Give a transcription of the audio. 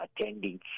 attending